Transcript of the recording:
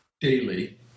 daily